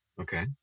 Okay